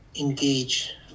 engage